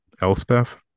Elspeth